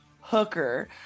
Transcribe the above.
hooker